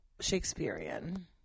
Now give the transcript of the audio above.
Shakespearean